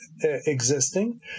existing